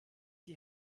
die